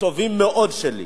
הטובים מאוד שלי.